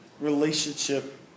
relationship